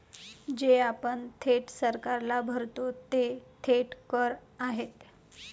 जे आपण थेट सरकारला भरतो ते थेट कर आहेत